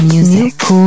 Music